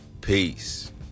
Peace